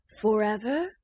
Forever